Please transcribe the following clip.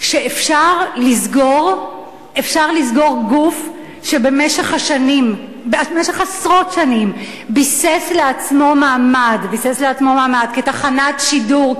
שאפשר לסגור גוף שבמשך עשרות שנים ביסס לעצמו מעמד כתחנת שידור,